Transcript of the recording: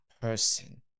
person